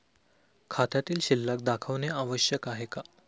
खात्यातील शिल्लक दाखवणे आवश्यक आहे का?